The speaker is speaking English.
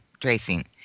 tracing